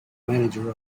manager